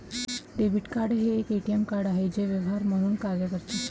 debit card हे एक ATM card आहे जे व्यवहार म्हणून कार्य करते